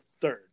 third